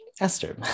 Esther